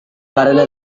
karena